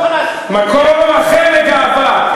טוב, חלאס, מקור אחר לגאווה.